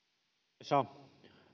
arvoisa